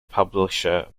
publisher